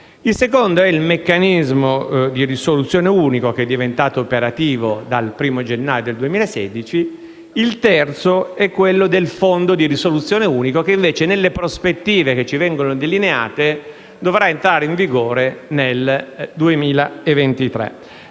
il secondo è il meccanismo di risoluzione unico, che è diventato operativo dal primo gennaio 2016, e il terzo è quello del fondo di risoluzione unico, che invece, nelle prospettive che ci vengono delineate, dovrà entrare in vigore nel 2023.